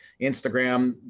Instagram